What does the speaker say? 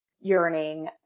yearning